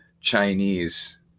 Chinese